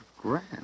grand